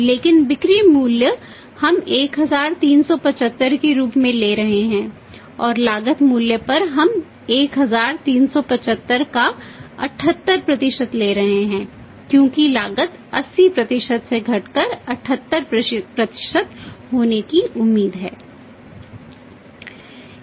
लेकिन बिक्री मूल्य हम 1375 के रूप में ले रहे हैं और लागत मूल्य पर हम 1375 का 78 ले रहे हैं क्योंकि लागत 80 से घटकर 78 होने की उम्मीद है